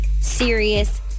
serious